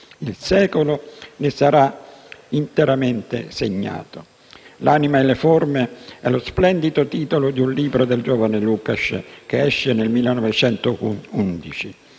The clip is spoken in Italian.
Il secolo ne sarà interamente segnato. «L'anima e le forme» è lo splendido titolo di un libro del giovane Lukàcs, che esce nel 1911.